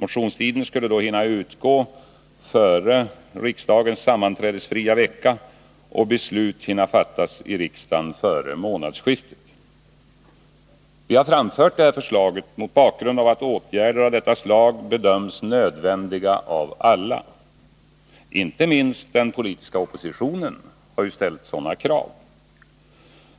Motionstiden skulle då hinna utgå före riksdagens sammanträdesfria vecka och beslut hinna fattas i riksdagen före månadsskiftet. Vi har framfört det här förslaget mot bakgrund av att åtgärder av dessa slag av alla bedöms nödvändiga. Inte minst den politiska oppositionen har ställt sådana krav.